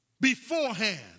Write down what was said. Beforehand